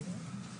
שיתנהלו,